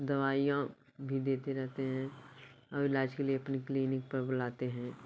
दवाइयाँ भी देते रहते हैं और इलाज के लिए अपनी क्लिनिक पर बुलाते हैं